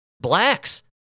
blacks